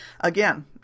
Again